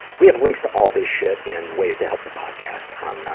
we have links to all this shit and ways to help the podcast on, ah,